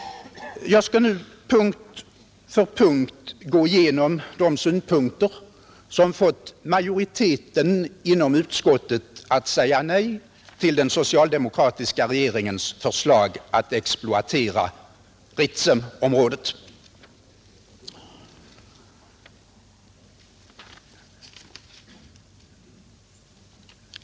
Jag skall nu punkt för punkt gå igenom de synpunkter som fått majoriteten inom utskottet att säga nej till den socialdemokratiska regeringens förslag att exploatera Ritsemområdet.